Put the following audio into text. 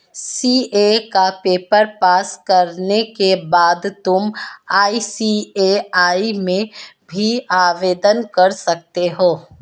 CA का paper pass करने के बाद तुम आई.सी.ए.आई में भी आवेदन कर सकते हो